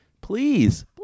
Please